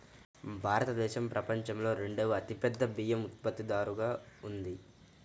భారతదేశం ప్రపంచంలో రెండవ అతిపెద్ద బియ్యం ఉత్పత్తిదారుగా ఉంది